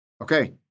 Okay